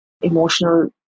emotional